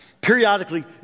Periodically